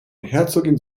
herzogin